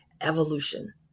evolution